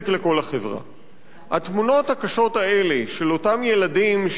התמונות הקשות האלה, של אותם ילדים ש"צדים" אותם,